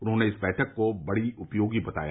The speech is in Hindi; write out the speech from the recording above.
उन्होंने इस बैठक को बड़ी उपयोगी बताया